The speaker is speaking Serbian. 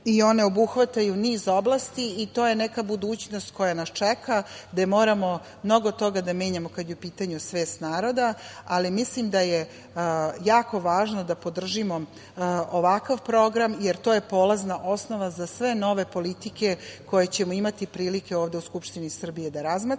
One obuhvataju niz oblasti i to je neka budućnost koja nas čeka gde moramo mnogo toga da menjamo kad je u pitanju svest naroda. Mislim da je jako važno da podržimo ovakav program, jer to je polazna osnova za sve nove politike koje ćemo imati prilike ovde u Skupštine Srbije da razmatramo